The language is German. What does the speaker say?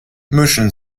mischen